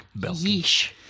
yeesh